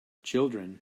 children